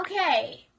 Okay